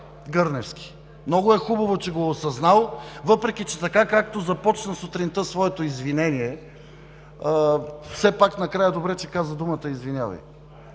Гърневски. Много е хубаво, че го е осъзнал, въпреки че, както започна сутринта своето извинение, все пак добре, че накрая каза думата „извинявай“.